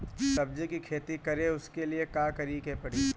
सब्जी की खेती करें उसके लिए का करिके पड़ी?